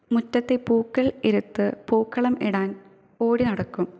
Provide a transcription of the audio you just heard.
മുറ്റത്തെ പൂക്കൾ ഇരുത് പൂക്കളം ഇടാൻ ഓടി നടക്കും